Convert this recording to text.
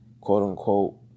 quote-unquote